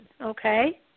okay